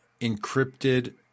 encrypted